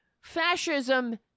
Fascism